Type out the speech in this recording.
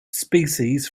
species